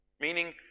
meaning